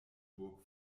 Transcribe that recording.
burg